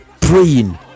praying